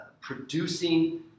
producing